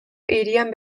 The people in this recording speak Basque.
hirian